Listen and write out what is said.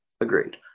Agreed